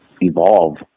evolve